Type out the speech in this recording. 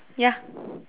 ya